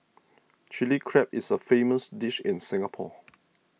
Chilli Crab is a famous dish in Singapore